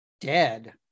dead